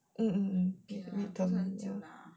mm